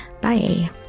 Bye